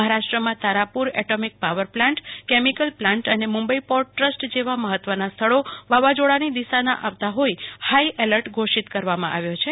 મહારાષ્ટ્રમાં Tarapur atomic power plant chemical plant અને Mumbai port trust જેવા મહત્ત્વના સ્થળો વાવાઝોડાની દિશામાં આવતા હોવાથી હાઇ એલર્ટ ઘોષિત કરવામાં આવ્યો છે